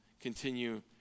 continue